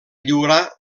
lliurar